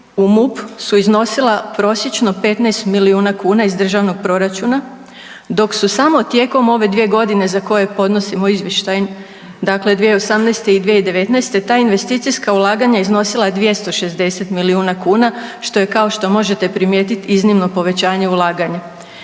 u MUP su iznosila prosječno 15 milijuna kuna iz državnog proračuna dok su samo tijekom ove 2 godine za koje podnosimo izvještaj, dakle 2018. i 2019. ta investicijska ulaganja iznosila 260 milijuna kuna što je kao što možete primijetiti iznimno povećanje ulaganja.